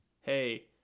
Hey